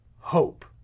hope